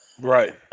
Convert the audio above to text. right